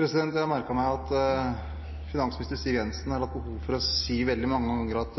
Jeg har merket meg at finansminister Siv Jensen har hatt behov for å si veldig mange ganger at